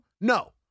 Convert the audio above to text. No